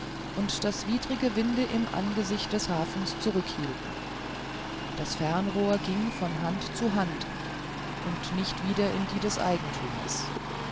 und das widrige winde im angesicht des hafens zurücke hielten das fernrohr ging von hand zu hand und nicht wieder in die des eigentümers